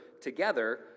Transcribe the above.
together